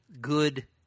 good